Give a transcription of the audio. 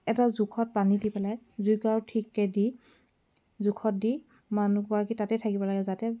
এটা জোখত পানী দি পেলাই জুইকুৰাও ঠিককৈ দি জোখত দি মানুহগৰাকী তাতে থাকিব লাগে যাতে